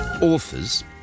authors